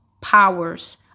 powers